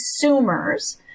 consumers